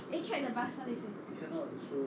eh check the bus what they say